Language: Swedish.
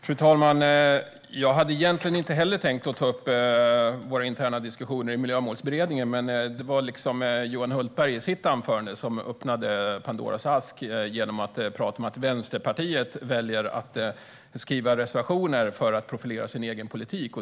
Fru talman! Jag hade egentligen inte heller tänkt ta upp våra interna diskussioner i Miljömålsberedningen, men det var Johan Hultberg som i sitt anförande öppnade Pandoras ask genom att prata om att Vänsterpartiet väljer att skriva reservationer för att profilera sin egen politik.